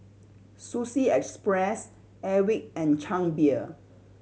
Sushi Express Airwick and Chang Beer